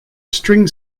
string